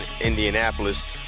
Indianapolis